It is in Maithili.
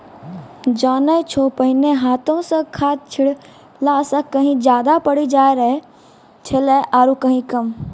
जानै छौ पहिने हाथों स खाद छिड़ला स कहीं ज्यादा पड़ी जाय छेलै आरो कहीं कम